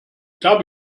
darf